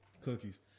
Cookies